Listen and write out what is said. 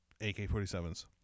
AK-47s